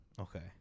Okay